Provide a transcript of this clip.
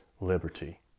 liberty